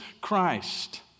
Christ